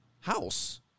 house